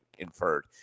inferred